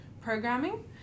programming